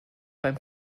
beim